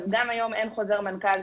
אז גם היום אין חוזר מנכ"ל.